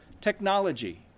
technology